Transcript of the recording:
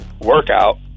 workout